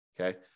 Okay